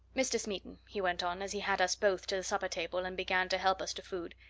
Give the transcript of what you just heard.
mr. smeaton, he went on, as he had us both to the supper-table and began to help us to food,